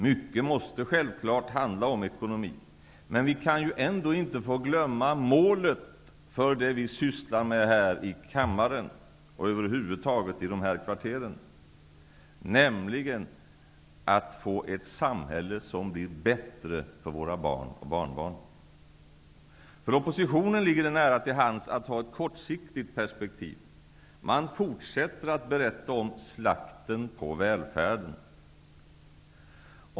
Mycket måste självklart handla om ekonomi. Men vi får ändå inte glömma målet för det vi sysslar med här i kammaren och över huvud taget i dessa kvarter, nämligen att skapa ett samhälle som blir bättre för våra barn och barnbarn. För oppositionen ligger det nära till hands att ha ett kortsiktigt perspektiv. Man fortsätter att berätta om ''slakten på välfärden''.